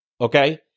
okay